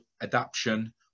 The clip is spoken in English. adaption